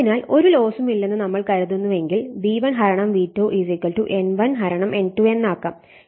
അതിനാൽ ഒരു ലോസുമില്ലെന്ന് നമ്മൾ കരുതുന്നുവെങ്കിൽ V1 V2 N1 N2 എന്ന് ആക്കാം